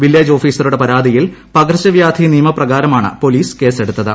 village ഓഫീസറുടെ പരാതിയിൽ പകർച്ചവൃാധി നിയമപ്രകാരമാണ് പൊലീസ് കേസെടുത്തത്